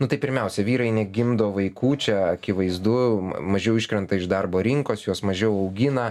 nu tai pirmiausia vyrai negimdo vaikų čia akivaizdu mažiau iškrenta iš darbo rinkos juos mažiau augina